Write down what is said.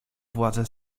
władzę